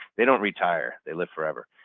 they don't retire. they live forever.